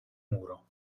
muro